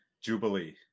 Jubilee